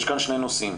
יש כאן שני נושאים,